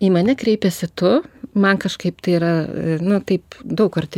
į mane kreipiasi tu man kažkaip tai yra nu taip daug arti